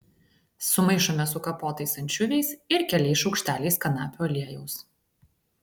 sumaišome su kapotais ančiuviais ir keliais šaukšteliais kanapių aliejaus